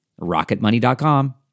Rocketmoney.com